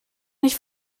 nicht